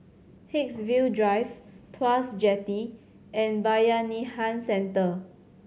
Haigsville Drive Tuas Jetty and Bayanihan Centre